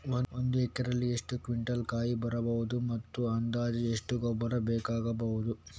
ಒಂದು ಎಕರೆಯಲ್ಲಿ ಎಷ್ಟು ಕ್ವಿಂಟಾಲ್ ಕಾಯಿ ಬರಬಹುದು ಮತ್ತು ಅಂದಾಜು ಎಷ್ಟು ಗೊಬ್ಬರ ಬೇಕಾಗಬಹುದು?